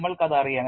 നമ്മൾക്കതു അറിയാം